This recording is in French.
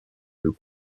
deux